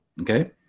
okay